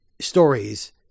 stories